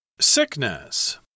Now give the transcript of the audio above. sickness